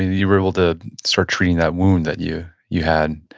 you were able to start treating that wound that you you had.